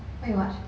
what you watched